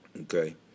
Okay